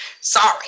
Sorry